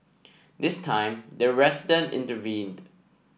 this time the resident intervened